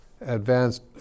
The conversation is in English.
advanced